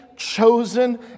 chosen